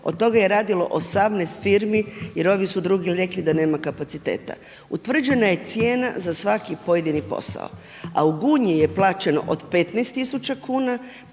Od toga je radilo 18 firmi jer ovi su drugi rekli da nema kapaciteta. Utvrđena je cijena za svaki pojedini posao. A u Gunji je plaćeno od 15 tisuća